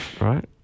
right